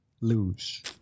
lose